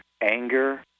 anger